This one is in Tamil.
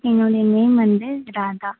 என்னுடைய நேம் வந்து ராதா